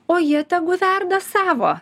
o jie tegu verda savo